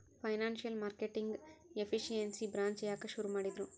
Financial marketing efficiency branch ಯಾಕ್ ಶುರು ಮಾಡಿದ್ರು?